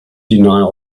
denial